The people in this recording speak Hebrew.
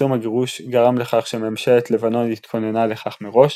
ופרסום הגירוש גרם לכך שממשלת לבנון התכוננה לכך מראש,